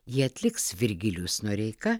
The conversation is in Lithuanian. jį atliks virgilijus noreika